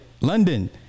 london